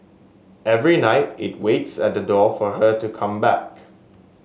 every night it waits at the door for her to come back